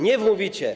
Nie wmówicie.